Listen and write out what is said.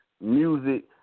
music